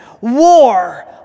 war